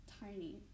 tiny